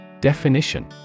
Definition